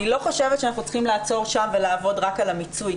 אני לא חושבת שאנחנו צריכים לעצור שם ולעבוד רק על המיצוי,